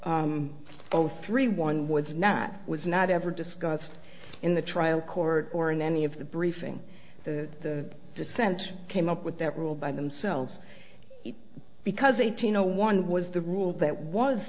all three one was not was not ever discussed in the trial court or in any of the briefing the dissent came up with that rule by themselves because eighteen zero one was the rule that was